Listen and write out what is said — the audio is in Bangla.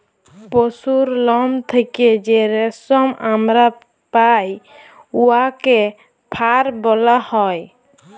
পশুর লম থ্যাইকে যে রেশম আমরা পাই উয়াকে ফার ব্যলা হ্যয়